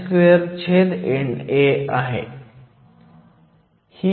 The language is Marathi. हइ फक्त नामांकनं आहेत